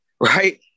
right